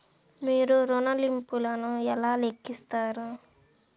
మీరు ఋణ ల్లింపులను ఎలా లెక్కిస్తారు?